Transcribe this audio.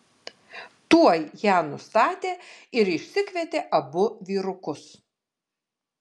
tuoj ją nustatė ir išsikvietė abu vyrukus